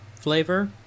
flavor